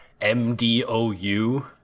M-D-O-U